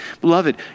Beloved